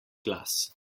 glas